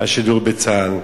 השידור בצה"ל.